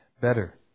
better